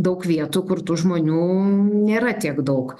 daug vietų kur tų žmonių nėra tiek daug